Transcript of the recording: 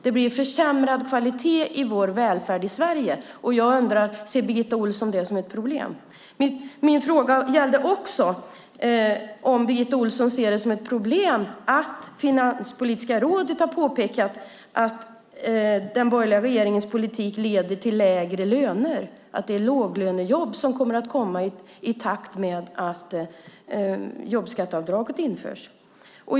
Det blir en försämrad kvalitet på Sveriges välfärd, och jag undrar om Birgitta Ohlsson ser det som ett problem. Min fråga gällde också om Birgitta Ohlsson ser det som ett problem att Finanspolitiska rådet har påpekat att den borgerliga regeringens politik leder till lägre löner, att det är låglönejobb som kommer att komma i takt med att jobbskatteavdraget införs.